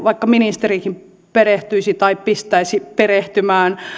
vaikka ministerikin perehtyisi tai pistäisi perehtymään